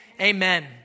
Amen